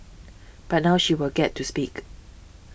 but now she will get to speak